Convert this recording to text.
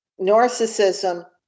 narcissism